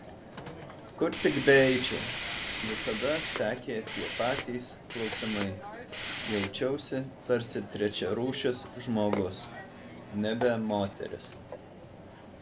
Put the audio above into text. kur tik beeičiau visada sekė tie patys klausimai jaučiausi tarsi trečiarūšis žmogus nebe moteris